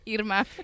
Irma